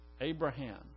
Abraham